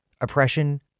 oppression